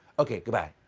okay, goodbye.